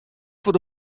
foar